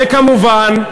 וכמובן,